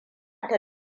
ta